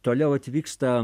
toliau atvyksta